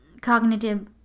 cognitive